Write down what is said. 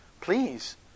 please